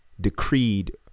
decreed